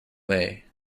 lay